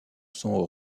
sont